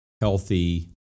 healthy